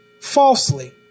Falsely